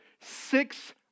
six